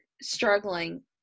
struggling